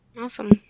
Awesome